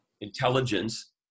intelligence